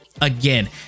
again